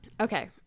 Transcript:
Okay